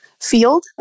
field